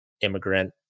immigrant